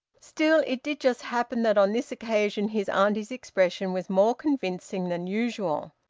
still, it did just happen that on this occasion his auntie's expression was more convincing than usual.